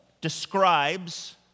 describes